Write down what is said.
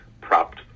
propped